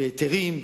בהיתרים,